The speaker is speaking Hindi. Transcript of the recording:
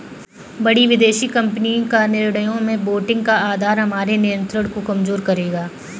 बड़ी विदेशी कंपनी का निर्णयों में वोटिंग का अधिकार हमारे नियंत्रण को कमजोर करेगा